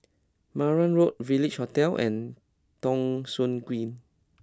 Marang Road Village Hotel and Thong Soon Green